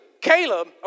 Caleb